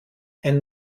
ein